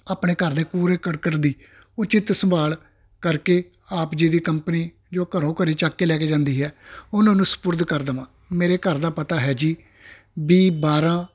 ਆਪਣੇ ਘਰ ਦੇ ਕੂੜੇ ਕਰਕਟ ਦੀ ਉਚਿਤ ਸੰਭਾਲ ਕਰਕੇ ਆਪ ਜੀ ਦੀ ਕੰਪਨੀ ਜੋ ਘਰੋਂ ਘਰੀ ਚੱਕ ਕੇ ਲੈ ਕੇ ਜਾਂਦੀ ਹੈ ਉਹਨਾਂ ਨੂੰ ਸਪੁਰਦ ਕਰ ਦੇਵਾਂ ਮੇਰੇ ਘਰ ਦਾ ਪਤਾ ਹੈ ਜੀ ਬੀ ਬਾਰਾਂ